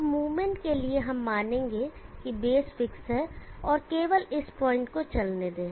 अब मूवमेंट के लिए हम मानेंगे कि बेस फिक्स है और केवल इस पॉइंट को चलने दें